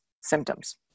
symptoms